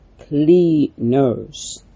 cleaners